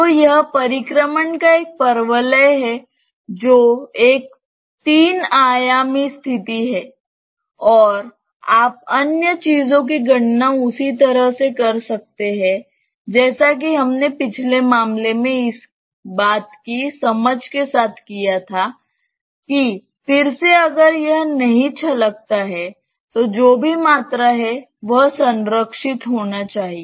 तो यह परिक्रमण का एक परवलय है जो एक 3 आयामी स्थिति है और आप अन्य चीजों की गणना उसी तरह कर सकते हैं जैसा कि हमने पिछले मामले में इस बात की समझ के साथ किया था कि फिर से अगर यह नहीं छलकता है तो जो भी मात्रा है वह संरक्षित होना चाहिए